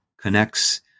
connects